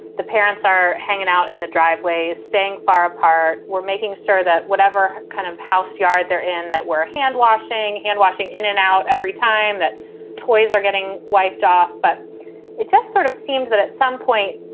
the parents are hanging out in the driveway, staying far apart. we're making sure that whatever kind of house yard they're in, that we're hand-washing, hand-washing in and out every time that toys are getting wiped off. but it just sort of seems that at some point,